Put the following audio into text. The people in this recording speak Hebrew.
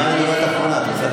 היא כמעט הדוברת האחרונה.